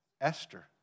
Esther